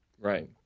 Right